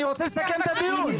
אני רוצה לסכם את הדיון.